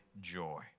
joy